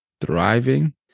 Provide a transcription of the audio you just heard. thriving